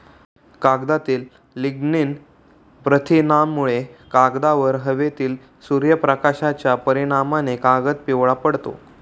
कागदातील लिग्निन प्रथिनांमुळे, कागदावर हवेतील सूर्यप्रकाशाच्या परिणामाने कागद पिवळा पडतो